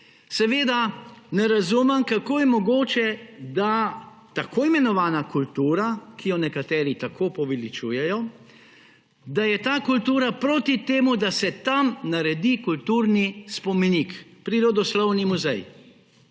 Seveda ne razumem, kako je mogoče, da tako imenovana kultura, ki jo nekateri tako povečujejo, da je ta kultura proti temu, da se tam naredi kulturni spomenik, prirodoslovni muzej.